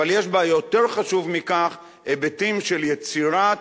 אבל יש בה, יותר חשוב מכך, היבטים של יצירת